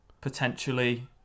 potentially